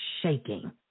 shaking